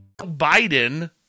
Biden